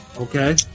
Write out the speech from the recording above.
okay